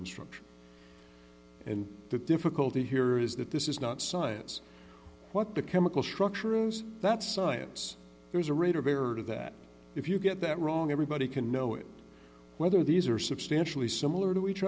in structure and the difficulty here is that this is not science what the chemical structure that's science there's a rate of error that if you get that wrong everybody can know it whether these are substantially similar to each